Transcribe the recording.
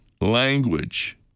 language